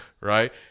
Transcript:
right